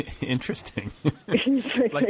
Interesting